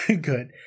good